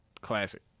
Classic